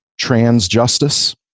transjustice